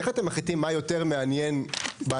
איך אתם מחליטים מה יותר מעניין בהצבעות?